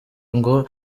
ngo